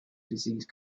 disease